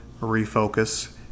refocus